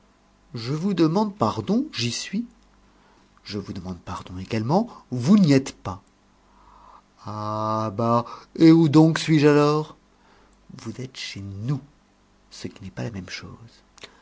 je vous demande pardon j'y suis je vous demande pardon également vous n'y êtes pas ah bah et où donc suis-je alors vous êtes chez nous ce qui n'est pas la même chose